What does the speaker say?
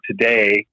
today